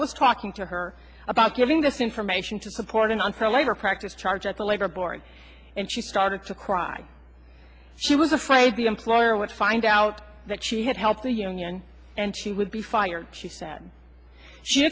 was talking to her about giving this information to support an unfair labor practice charge at the labor board and she started to cry she was afraid the employer would find out that she had helped the union and she would be fired she said she